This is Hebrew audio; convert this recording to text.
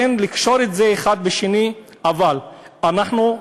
לכן, לקשור את זה האחד בשני, אבל, אנחנו,